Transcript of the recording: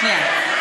רגע, שנייה.